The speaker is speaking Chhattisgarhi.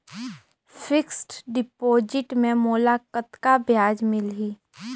फिक्स्ड डिपॉजिट मे मोला कतका ब्याज मिलही?